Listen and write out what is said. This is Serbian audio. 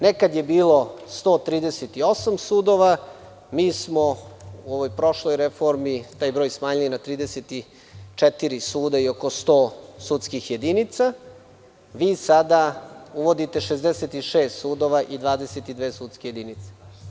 Nekad je bilo 138 sudova, mi smo u ovoj prošloj reformi taj broj smanjili na 34 suda i oko 100 sudskih jedinica, a vi sada uvodite 66 sudova i 22 sudske jedinice.